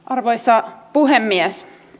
arvoisa puhemies